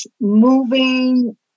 moving